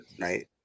Right